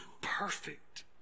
perfect